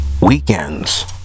Weekends